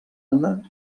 anna